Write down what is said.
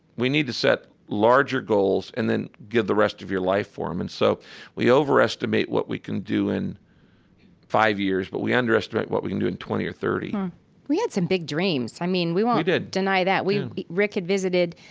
we need to set larger goals and then give the rest of your life for um and so we overestimate what we can do in five years, but we underestimate what we can do in twenty or thirty point we had some big dreams. i mean, we won't, we did, yeah, deny that. we rick had visited,